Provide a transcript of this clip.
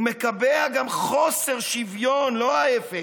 הוא מקבע גם חוסר שוויון, לא ההפך.